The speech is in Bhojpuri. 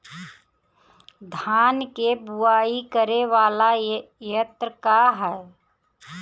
धान के बुवाई करे वाला यत्र का ह?